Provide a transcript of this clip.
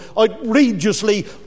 outrageously